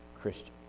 Christian